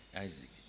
Isaac